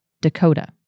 Dakota